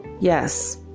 Yes